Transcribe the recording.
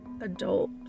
adult